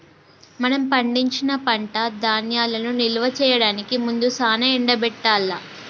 మనం పండించిన పంట ధాన్యాలను నిల్వ చేయడానికి ముందు సానా ఎండబెట్టాల్ల